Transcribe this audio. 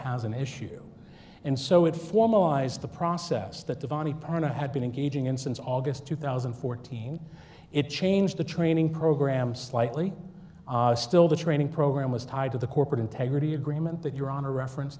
has an issue and so it formalized the process that the body part i had been engaging in since august two thousand and fourteen it changed the training program slightly still the training program was tied to the corporate integrity agreement that your honor reference